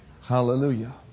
Hallelujah